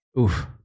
Oof